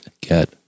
get